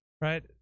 right